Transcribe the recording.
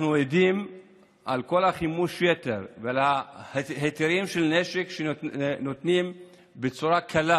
אנחנו עדים לכל חימוש היתר ולהיתרי הנשק שנותנים בצורה קלה.